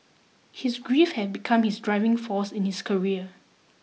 his grief had become his driving force in his career